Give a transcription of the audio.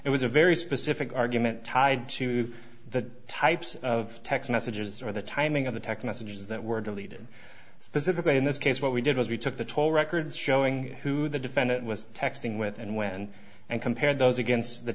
it was a very specific argument tied to the types of text messages or the timing of the tech messages that were deleted specifically in this case what we did was we took the toll records showing who the defendant was texting with and when and compare those against the